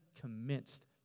commenced